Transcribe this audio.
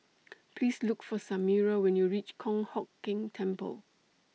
Please Look For Samira when YOU REACH Kong Hock Keng Temple